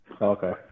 Okay